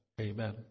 Amen